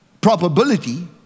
probability